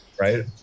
right